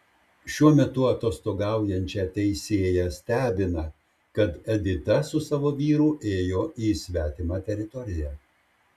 šiuo metu atostogaujančią teisėją stebina kad edita su savo vyru ėjo į svetimą teritoriją